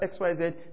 XYZ